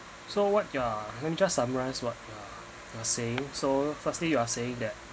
so what you are hence just summarise what uh you're saying so firstly you are saying that